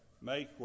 make